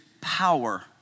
power